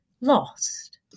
lost